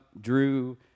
Drew